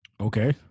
Okay